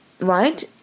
right